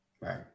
Right